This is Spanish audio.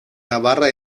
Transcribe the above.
navarra